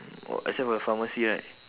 oh except for the pharmacy right